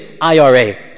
IRA